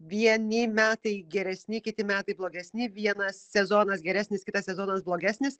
vieni metai geresni kiti metai blogesni vienas sezonas geresnis kitas sezonas blogesnis